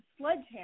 Sledgehammer